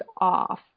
off